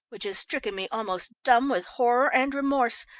which has stricken me almost dumb with horror and remorse.